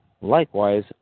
Likewise